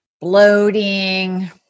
bloating